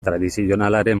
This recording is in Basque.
tradizionalaren